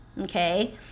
okay